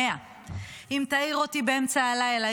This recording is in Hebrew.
100. אם תעיר אותי באמצע הלילה,